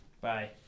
Bye